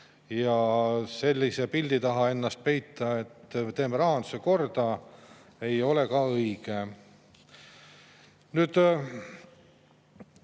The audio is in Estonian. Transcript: Sellise pildi taha ennast peita, et teeme rahanduse korda, ei ole ka õige. Nüüd